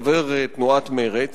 חבר תנועת מרצ,